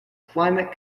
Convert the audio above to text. climate